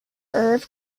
irv